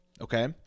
okay